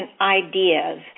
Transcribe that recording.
ideas